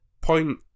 Point